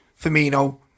Firmino